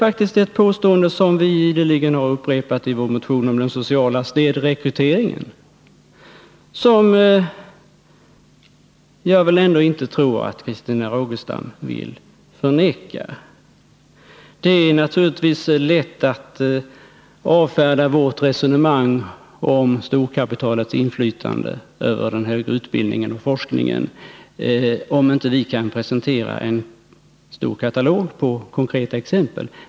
Ett påstående som vi ständigt upprepat i våra motioner gäller den sociala snedrekryteringen, vars existens jag ändå inte tror att Christina Rogestam vill bestrida. Det är naturligtvis lätt att avfärda vårt resonemang om storkapitalets inflytande över den högre utbildningen och forskningen, om vi inte kan presentera en stor katalog med konkreta exempel.